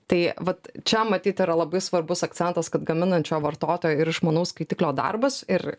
tai vat čia matyt yra labai svarbus akcentas kad gaminančio vartotojo ir išmanau skaitiklio darbas ir